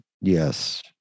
Yes